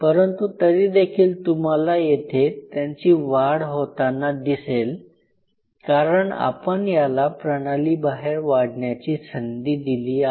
परंतु तरी देखील तुम्हाला येथे त्यांची वाढ होताना दिसेल कारण आपण याला प्रणाली बाहेर वाढण्याची संधी दिली आहे